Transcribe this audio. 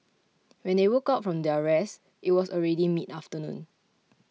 when they woke up from their rest it was already mid afternoon